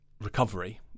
recovery